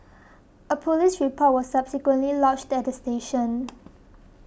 a police report was subsequently lodged at the station